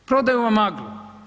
Prodaju vam maglu.